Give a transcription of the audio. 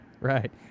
Right